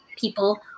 people